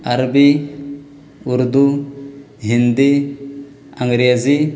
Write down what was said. Arabi Urdu Hindi Angrezi